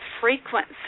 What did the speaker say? frequency